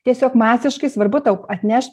tiesiog masiškai svarbu tau atneš